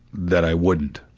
that i wouldn't,